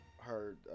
heard